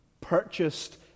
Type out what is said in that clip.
purchased